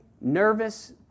nervous